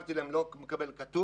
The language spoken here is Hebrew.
אמרתי להם שכל עוד אני לא מקבל כתוב,